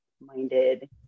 minded